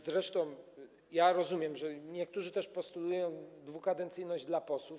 Zresztą ja rozumiem, że niektórzy też postulują dwukadencyjność dla posłów.